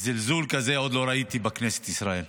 זלזול כזה עוד לא ראיתי בכנסת ישראל.